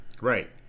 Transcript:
Right